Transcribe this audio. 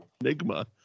Enigma